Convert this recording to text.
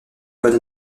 codes